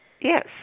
Yes